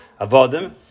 Avodim